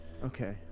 Okay